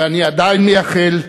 ואני עדיין מייחל,